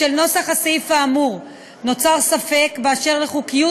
בשל נוסח הסעיף האמור נוצר ספק באשר לחוקיות